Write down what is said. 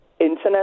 Internet